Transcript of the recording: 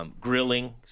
Grilling